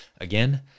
Again